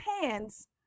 hands